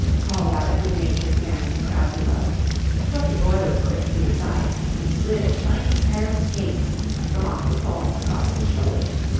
called out a good-natured man in the crowd below but the boy was quick to decide and slid a shining pair of skates from off the pole across his shoulders.